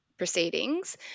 proceedings